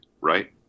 right